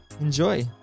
Enjoy